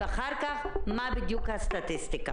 אחר כך, מה בדיוק הסטטיסטיקה?